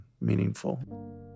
meaningful